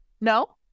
No